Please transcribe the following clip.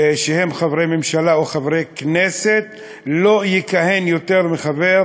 שהם חברי ממשלה או חברי כנסת לא יכהן יותר מחבר